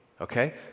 Okay